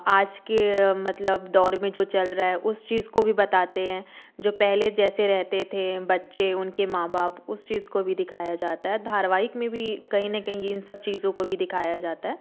आज के मतलब दौर में जो चल रहा है उस चीज को भी बताते हैं जो पहले जैसे रहते थे बच्चे उनके माँ बाप उस चीज को भी दिखाया जाता है धारावाहिक में भी कहीं न कहीं इन सब चीज़ों को दिखाया जाता है